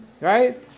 Right